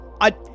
I-